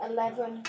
Eleven